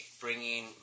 bringing